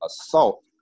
assault